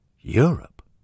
Europe